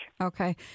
Okay